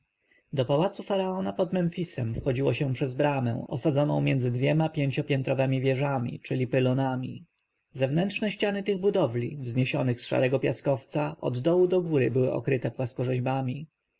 do pałacu faraona pod memfisem wchodziło się przez bramę osadzoną między dwiema pięciopiętrowemi wieżami czyli pylonami zewnętrzne ściany tych budowli wzniesionych z szarego piaskowca od dołu do góry były okryte płaskorzeźbami